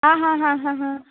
आ हा हा हा हा